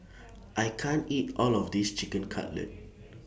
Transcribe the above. I can't eat All of This Chicken Cutlet